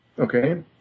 Okay